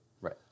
Right